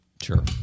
Sure